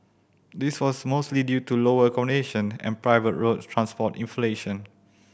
this was mostly due to lower accommodation and private road transport inflation